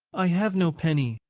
i have no penny,